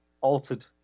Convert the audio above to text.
altered